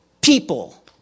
people